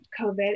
COVID